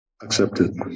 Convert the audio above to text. Accepted